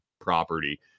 property